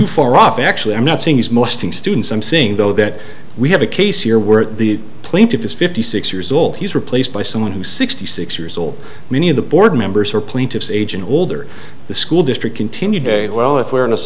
too far off actually i'm not saying he's molesting students i'm seeing though that we have a case here were the plaintiff is fifty six years old he's replaced by someone who's sixty six years old many of the board members are plaintiffs age and older the school district continued well if we're in a